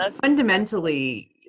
fundamentally